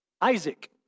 Isaac